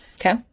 Okay